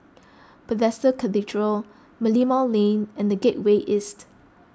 Bethesda Cathedral Merlimau Lane and the Gateway East